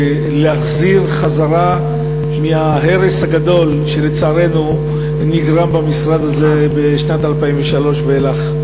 להחזיר חזרה מההרס הגדול שלצערנו נגרם במשרד הזה משנת 2003 ואילך.